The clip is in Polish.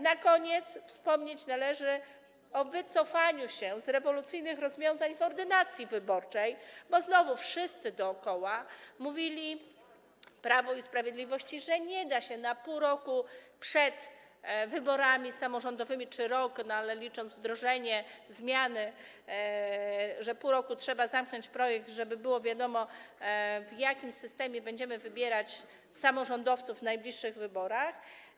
Na koniec wspomnieć należy o wycofaniu się z rewolucyjnych rozwiązań w ordynacji wyborczej, bo znowu wszyscy dookoła mówili Prawu i Sprawiedliwości, że nie da się na pół roku czy rok przed wyborami samorządowymi, licząc wdrożenie, wprowadzić zmiany, że potrzeba pół roku, aby zamknąć projekt, żeby było wiadomo, w jakim systemie będziemy wybierać samorządowców w najbliższych wyborach.